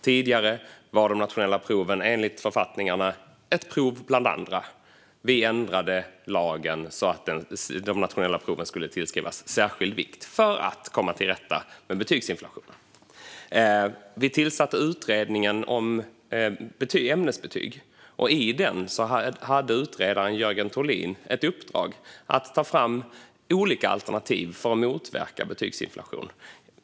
Tidigare var de nationella proven enligt författningarna ett prov bland andra. Vi ändrade lagen så att de nationella proven skulle tillskrivas särskild vikt för att komma till rätta med betygsinflationen. Vi tillsatte en utredning om ämnesbetyg. Utredaren Jörgen Tollin hade i uppdrag att ta fram olika alternativ för att motverka betygsinflation.